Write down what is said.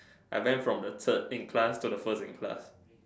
I went from the third in class to the first in class